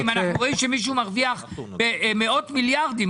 אם אנחנו רואים שמישהו מרוויח מאות מיליארדים,